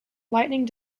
lightning